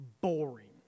boring